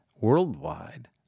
worldwide